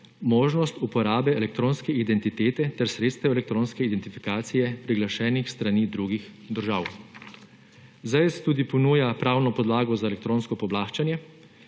možnost uporabe elektronske identitete ter sredstev elektronske identifikacije, priglašenih s strani drugih držav. ZEISZ tudi ponuja pravno podlago za elektronsko pooblaščanje,